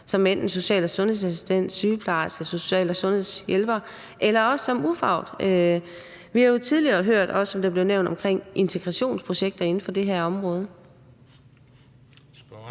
som social- og sundhedsassistent, sygeplejerske, social- og sundhedshjælper eller også som ufaglært. Vi har jo tidligere også hørt, som det er blevet nævnt, om integrationsprojekter inden for det her område.